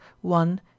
one